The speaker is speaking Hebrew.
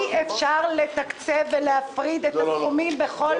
אי אפשר לתקצב ולהפריד את הסכומים בכל דבר.